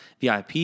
VIP